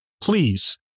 please